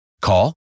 Call